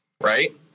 Right